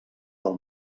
del